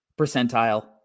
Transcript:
percentile